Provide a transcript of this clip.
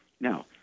Now